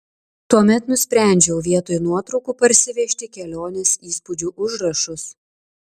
tuomet nusprendžiau vietoj nuotraukų parsivežti kelionės įspūdžių užrašus